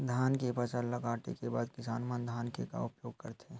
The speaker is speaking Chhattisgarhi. धान के फसल ला काटे के बाद किसान मन धान के का उपयोग करथे?